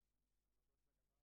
ברור,